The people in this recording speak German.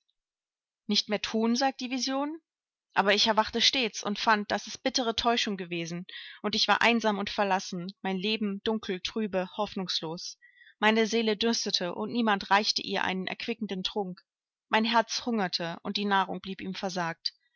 nicht mehr thun sagt die vision aber ich erwachte stets und fand daß es bittere täuschung gewesen und ich war einsam und verlassen mein leben dunkel trübe hoffnungslos meine seele dürstete und niemand reichte ihr einen erquickenden trunk mein herz hungerte und die nahrung blieb ihm versagt